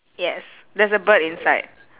yes there's a bird inside